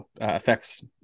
affects